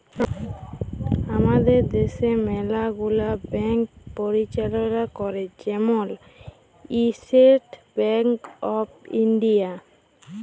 আমাদের দ্যাশে ম্যালা গুলা ব্যাংক পরিচাললা ক্যরে, যেমল ইস্টেট ব্যাংক অফ ইলডিয়া